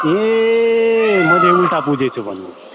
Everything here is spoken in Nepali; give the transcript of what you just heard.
ए मैले उल्टा बुझेछु भनेपछि